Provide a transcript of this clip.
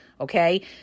okay